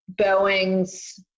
Boeing's